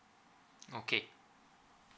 okay